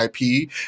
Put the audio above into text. IP